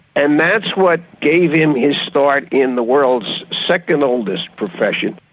and that's what gave him his start in the world's second oldest profession,